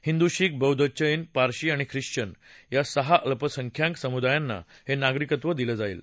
हिंदू शीख बौद्ध जघ्ती पारशी आणि ख्रिश्वन या सहा अल्पसंख्यक समुदायांना हे नागरिकत्व दिलं जाणार आहे